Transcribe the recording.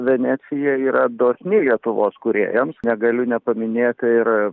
venecija yra dosni lietuvos kūrėjams negaliu nepaminėti ir